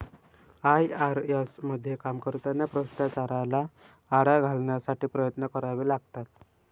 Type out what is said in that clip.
IRS मध्ये काम करताना भ्रष्टाचाराला आळा घालण्यासाठी प्रयत्न करावे लागतात